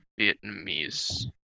Vietnamese